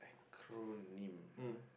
acronym